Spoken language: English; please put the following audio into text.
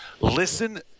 Listen